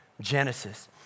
Genesis